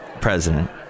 president